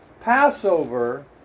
Passover